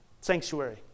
Sanctuary